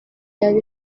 yaba